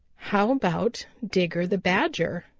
how about digger the badger?